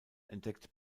entdeckt